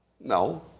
No